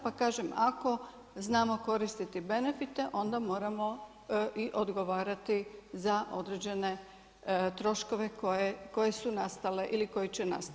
Pa kažem ako znamo koristiti benefite, onda moramo i odgovarati za određene troškove koje su nastale ili koji će nastati.